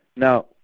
now,